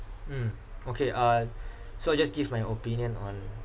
mm okay uh so I just give my opinion on